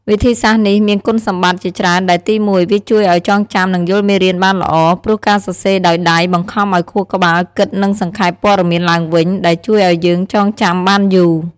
វិធីសាស្ត្រនេះមាន គុណសម្បត្តិ ជាច្រើនដែលទីមួយ វាជួយឲ្យចងចាំនិងយល់មេរៀនបានល្អ ព្រោះការសរសេរដោយដៃបង្ខំឲ្យខួរក្បាលគិតនិងសង្ខេបព័ត៌មានឡើងវិញ ដែលជួយឲ្យយើងចងចាំបានយូរ។។